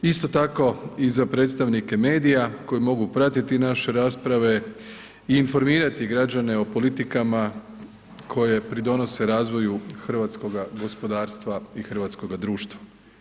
Isto tako i za predstavnike medija koji mogu pratiti naše rasprave i informirati građane o politika koje pridonose razvoju hrvatskoga gospodarstva i hrvatskoga društva.